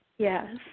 Yes